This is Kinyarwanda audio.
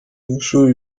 w’ishuri